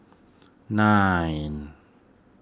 nine